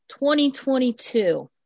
2022